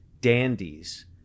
dandies